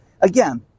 Again